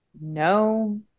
No